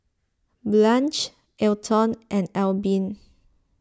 Blanch Elton and Albin